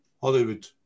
Hollywood